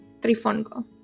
trifongo